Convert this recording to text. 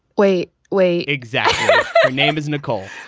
wait, wait exactly. her name is nicole.